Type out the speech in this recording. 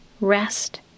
rest